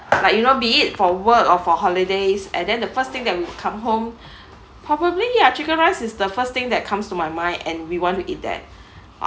like you know be it for work or for holidays and then the first thing that you come home probably ya chicken rice is the first thing that comes to my mind and we want to eat that